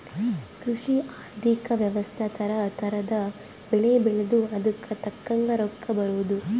ಕೃಷಿ ಆರ್ಥಿಕ ವ್ಯವಸ್ತೆ ತರ ತರದ್ ಬೆಳೆ ಬೆಳ್ದು ಅದುಕ್ ತಕ್ಕಂಗ್ ರೊಕ್ಕ ಬರೋದು